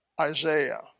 Isaiah